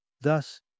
Thus